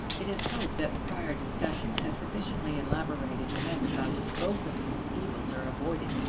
it is hoped that the prior discussion has sufficiently elaborated the method by which both of these evils are avoided.